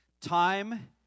time